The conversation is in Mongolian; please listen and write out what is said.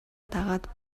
дагаад